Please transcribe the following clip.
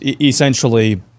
essentially